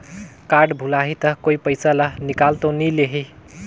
Card भुलाही ता कोई पईसा ला निकाल तो नि लेही?